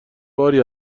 باری